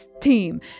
team